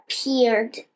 appeared